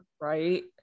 right